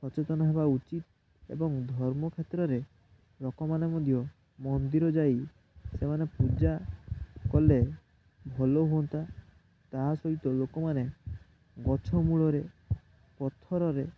ସଚେତନ ହେବା ଉଚିତ୍ ଏବଂ ଧର୍ମକ୍ଷେତ୍ରରେ ଲୋକମାନେ ମଧ୍ୟ ମନ୍ଦିର ଯାଇ ସେମାନେ ପୂଜା କଲେ ଭଲ ହୁଅନ୍ତା ତାହା ସହିତ ଲୋକମାନେ ଗଛମୂଳରେ ପଥରରେ